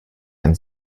ein